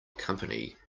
company